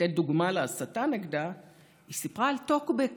לתת דוגמה להסתה נגדה היא סיפרה על טוקבק